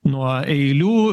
nuo eilių